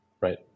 right